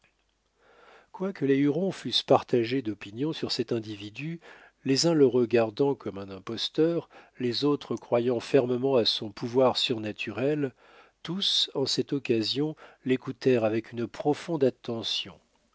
quoique les hurons fussent partagés d'opinion sur cet individu les uns le regardant comme un imposteur les autres croyant fermement à son pouvoir surnaturel tous en cette occasion l'écoutèrent avec une profonde attention